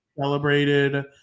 celebrated